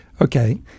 Okay